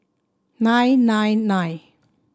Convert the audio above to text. nine nine nine